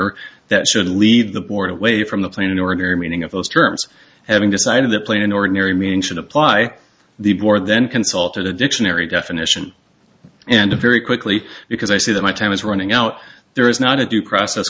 disclaimer that should lead the board away from the plane in order meaning of those terms having decided the plain ordinary meaning should apply the bor then consult a dictionary definition and very quickly because i see that my time is running out there is not a due process